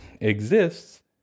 exists